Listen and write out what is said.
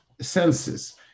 senses